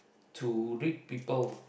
to read people